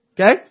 Okay